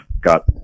got